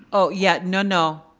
oh yeah, no, no.